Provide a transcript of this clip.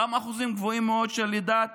גם אחוזים גבוהים מאוד של לידת